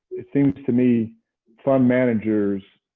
it seems to me fund managers